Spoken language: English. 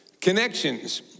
connections